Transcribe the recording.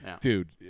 dude